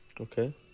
Okay